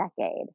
decade